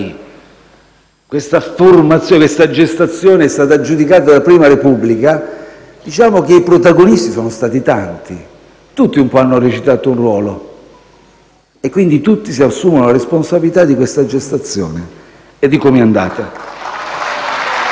questa gestazione è stata giudicata da Prima Repubblica, diciamo che i protagonisti sono stati tanti e tutti un po' hanno recitato un ruolo, quindi tutti si assumono la responsabilità di questa gestazione e di come è andata.